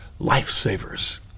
lifesavers